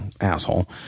Asshole